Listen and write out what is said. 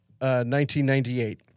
1998